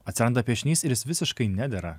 atsiranda piešinys ir jis visiškai nedera